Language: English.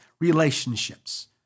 Relationships